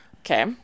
Okay